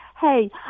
Hey